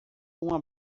uma